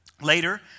later